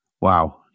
Wow